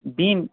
ডিম